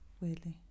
Weirdly